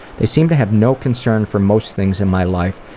they seem to have no concern for most things in my life,